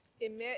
emit